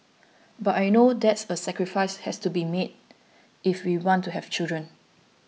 but I know that's a sacrifices has to be made if we want to have children